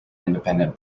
independent